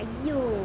!aiyo!